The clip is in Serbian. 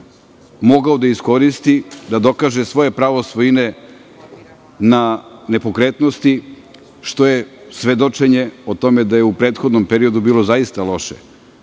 mogao da iskoristi, da dokaže svoje pravo svojine na nepokretnosti, što je svedočenje o tome da je u prethodnom periodu bilo zaista loše